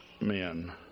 men